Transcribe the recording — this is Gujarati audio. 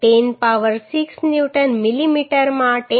તેથી આ 10 પાવર 6 ન્યૂટન મિલીમીટરમાં 10